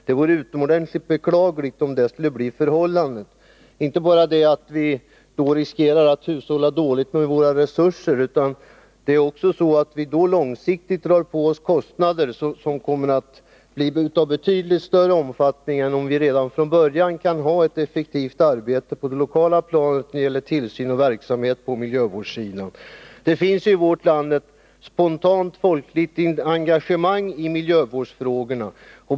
Det vore utomordentligt beklagligt om så skulle bli förhållandet. Vi skulle då inte bara riskera att hushålla dåligt med våra resurser utan också långsiktigt dra på oss kostnader av betydligt större omfattning än vad som blir fallet om vi redan från början kan ha ett effektivt arbete på det lokala planet i fråga om tillsyn och annan verksamhet på miljövårdssidan. Det finns ju i vårt land ett spontant folkligt engagemang i miljövårdsfrågorna.